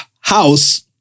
house